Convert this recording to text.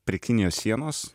prie kinijos sienos